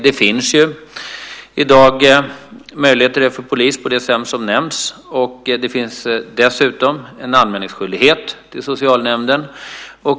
Det finns i dag möjligheter för polisen på det sätt som nämns. Det finns dessutom en anmälningsskyldighet till socialnämnden.